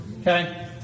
Okay